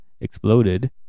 exploded